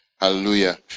Hallelujah